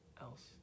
else